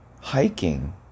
hiking